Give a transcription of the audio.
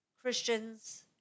Christians